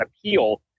appeal